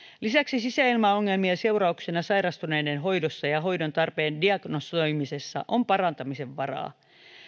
lisäksi sisäilmaongelmien seurauksena sairastuneiden hoidossa ja hoidon tarpeen diagnosoimisessa on parantamisen varaa